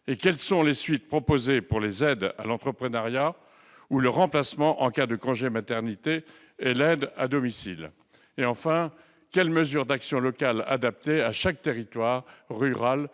? Quelles sont les suites proposées pour les aides à l'entrepreneuriat ou le remplacement en cas de congé de maternité et l'aide à domicile ? Enfin, quelles mesures d'action locale adaptées à chaque territoire rural